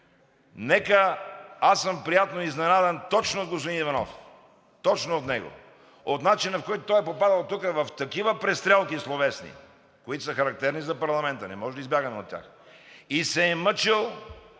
Аз съм приятно изненадан точно от господин Иванов – точно от него, от начина, по който – той е попадал тук в такива словесни престрелки, които са характерни за парламента, не можем да избягаме от тях, се е мъчил